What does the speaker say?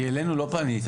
כי אלינו לא פנית.